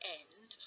end